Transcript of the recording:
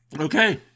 Okay